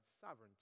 sovereignty